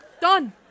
Done